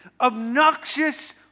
obnoxious